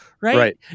right